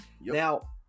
Now